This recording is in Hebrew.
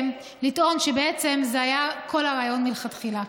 לטעון שבעצם זה היה כל הרעיון מלכתחילה.